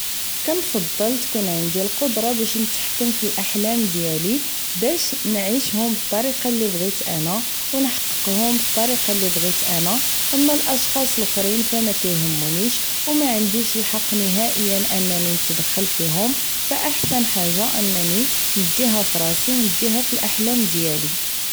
كنفضل تكون عندي القدرة باش نتحكم فالاحلام ديالي باش نعيشهوم بالطريقة اللي بغيتهم انا و نحققهم بالطريقة اللي بغيت انا اما الاشخاص الخرين فمكيهمونيش و ما عنديش الحق نهائيا انني نتدخل فيهم فأحسن حاجة انني نديها فراسي و نديها فالاحلام ديالي